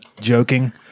joking